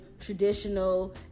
traditional